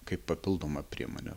kaip papildomą priemonę